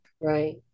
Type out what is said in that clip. Right